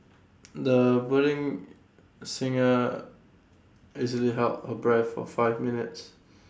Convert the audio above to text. the budding singer easily held her breath for five minutes